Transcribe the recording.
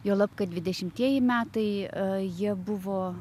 juolab kad dvidešimtieji metai jie buvo